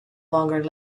longer